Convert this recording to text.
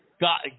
God